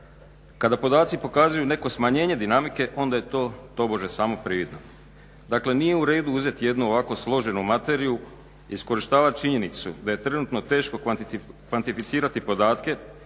Kada podaci pokazuju neko smanjenje dinamike onda je to tobože samo prividno. Dakle nije u redu uzeti jednu ovako složenu materiju, iskorištavat činjenicu da je trenutno teško kvantificirati podatke